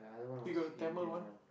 we got a Tamil one